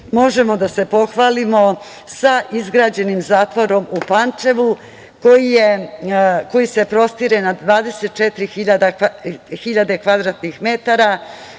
možemo da se pohvalimo sa izgrađenim zatvorom u Pančevu, koji se prostire na 24